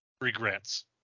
regrets